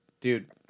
Dude